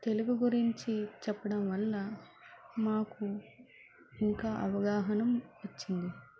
తెలుగు గురించి చెప్పడం వల్ల మాకు ఇంకా అవగాహన వచ్చింది